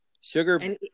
Sugar